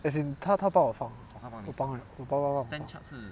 as in 他他把我放我爸爸帮我放